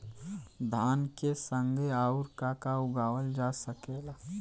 धान के संगे आऊर का का उगावल जा सकेला?